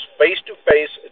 face-to-face